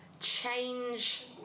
change